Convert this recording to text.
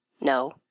No